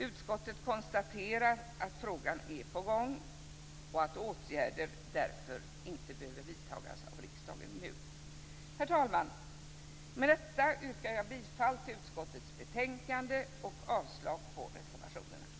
Utskottet konstaterar att frågan är "på gång" och att åtgärder därför inte behöver vidtas av riksdagen nu. Herr talman! Med detta yrkar jag bifall till utskottets hemställan och avslag på reservationerna.